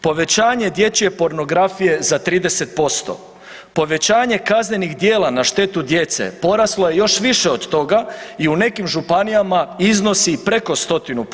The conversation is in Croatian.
Povećanje dječje pornografije za 30%, povećanje kaznenih djela na štetu djece poraslo je još više od toga i u nekim županija iznosi preko 100%